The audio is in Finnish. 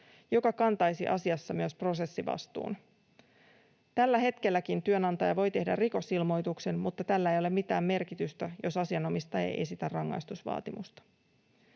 joka kantaisi asiassa myös prosessivastuun. Tälläkin hetkellä työnantaja voi tehdä rikosilmoituksen, mutta tällä ei ole mitään merkitystä, jos asianomistaja ei esitä rangaistusvaatimusta.